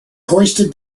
hoisted